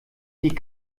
die